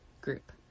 group